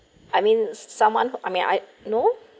I mean someone I mean I know